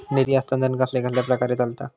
निधी हस्तांतरण कसल्या कसल्या प्रकारे चलता?